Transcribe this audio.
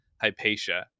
Hypatia